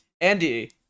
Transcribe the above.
andy